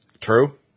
True